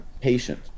patient